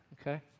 okay